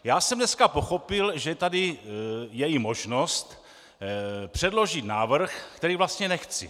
Já jsem dneska pochopil, že tady je i možnost předložit návrh, který vlastně nechci.